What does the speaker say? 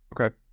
Okay